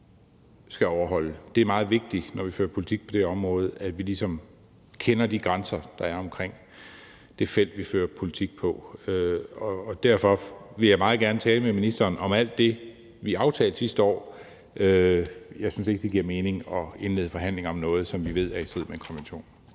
Det er meget vigtigt, når vi fører politik på det område, at vi ligesom kender de grænser, der er omkring det felt, vi fører politik på. Derfor vil jeg meget gerne tale med ministeren om alt det, vi aftalte sidste år. Jeg synes ikke, at det giver mening at indlede forhandlinger om noget, som vi ved er i strid med en konvention.